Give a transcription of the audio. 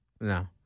No